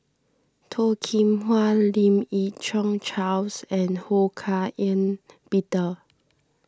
Toh Kim Hwa Lim Yi Yong Charles and Ho Hak Ean Peter